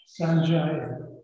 Sanjay